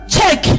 Check